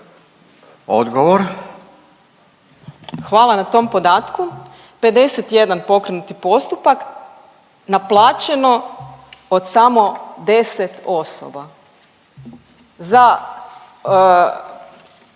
(RF)** Hvala na tom podatku, 51 pokrenuti postupak, naplaćeno od samo 10 osoba za